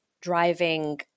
driving